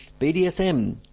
BDSM